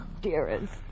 dearest